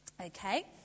Okay